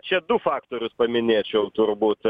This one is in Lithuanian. čia du faktorius paminėčiau turbūt